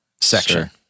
section